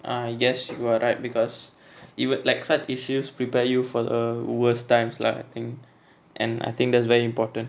ah yes you are right because even like such issues prepare you for the worst times lah I think and I think that's very important